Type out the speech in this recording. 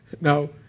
Now